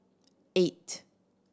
eight